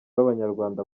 b’abanyarwanda